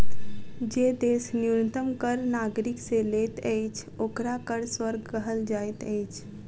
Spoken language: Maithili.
जे देश न्यूनतम कर नागरिक से लैत अछि, ओकरा कर स्वर्ग कहल जाइत अछि